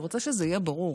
אני רוצה שזה יהיה ברור: